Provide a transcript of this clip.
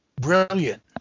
brilliant